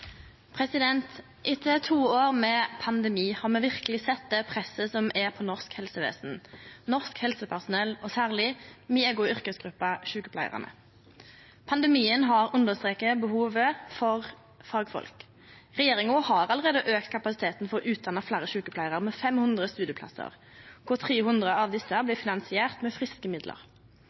Etter to år med pandemi har me verkeleg sett det presset som er på norsk helsevesen, norsk helsepersonell og særlig mi eiga yrkesgruppe, sjukepleiarane. Pandemien har understrekt behovet for fagfolk. Regjeringa har allereie auka kapasiteten for å utdanna fleire sjukepleiarar med 500 studieplassar. 300 av desse blir finansiert med friske